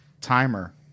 timer